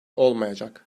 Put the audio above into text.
olmayacak